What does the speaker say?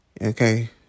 Okay